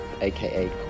aka